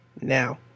Now